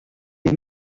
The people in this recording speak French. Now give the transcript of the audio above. est